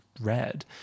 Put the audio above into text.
read